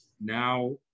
now